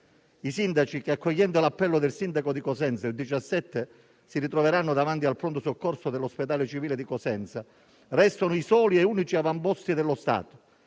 I sindaci, che, accogliendo l'appello del sindaco di Cosenza, il 17 aprile si ritroveranno davanti al pronto soccorso dell'ospedale civile di Cosenza, restano gli unici e soli avamposti dello Stato,